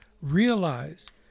realized